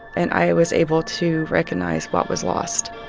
and i was able to recognize what was lost